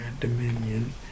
dominion